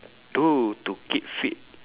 do to keep fit